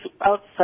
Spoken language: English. outside